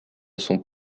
sont